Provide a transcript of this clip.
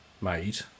made